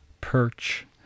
perch